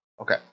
Okay